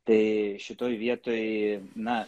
tai šitoj vietoj na